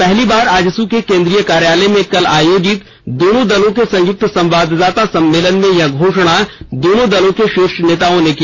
पहली बार आजसू के केंद्रीय कार्यालय में कल आयोजित दोनों दलों के संयुक्त संवाददाता सम्मेलन में यह घोषणा दोनों दलों के शीर्ष नेताओं ने की